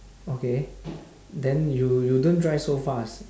okay then you you don't drive so fast